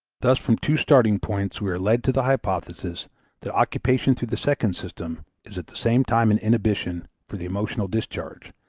thus from two starting points we are led to the hypothesis that occupation through the second system is at the same time an inhibition for the emotional discharge,